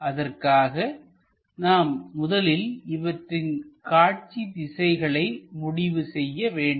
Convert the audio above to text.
அதற்காக நாம் முதலில் இவற்றின் காட்சி திசைகளை முடிவு செய்ய வேண்டும்